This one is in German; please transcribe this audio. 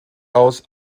aus